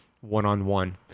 one-on-one